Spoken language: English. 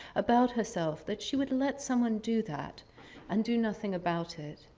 about herself that she would let someone do that and do nothing about it.